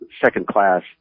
second-class